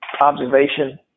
observation